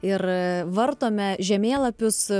ir vartome žemėlapius